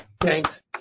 Thanks